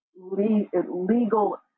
legal